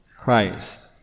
christ